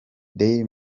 daily